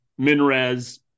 MinRes